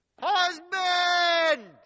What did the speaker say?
husband